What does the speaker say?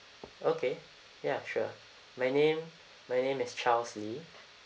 okay ya sure my name my name is charles lee